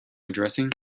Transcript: addressing